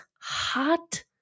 hot